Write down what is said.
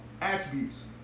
attributes